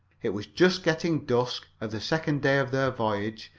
it was just getting dusk of the second day of their voyage,